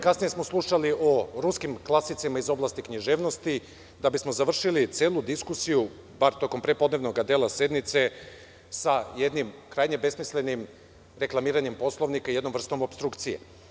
Kasnije smo slušali o ruskim klasicima iz oblasti književnosti, da bismo završili celu diskusiju, bar tokom prepodnevnog dela sednice, sa jednim, krajnje besmislenim reklamiranjem Poslovnika, i jednom vrstom opstrukcije.